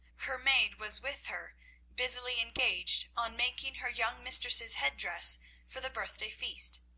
her maid was with her busily engaged on making her young mistress's head-dress for the birthday feast.